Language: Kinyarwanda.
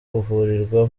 kuvurirwa